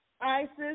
Isis